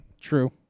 True